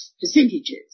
percentages